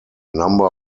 number